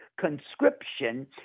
conscription